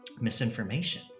misinformation